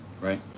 right